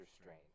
strain